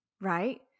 right